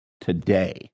today